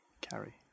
carry